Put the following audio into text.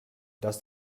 does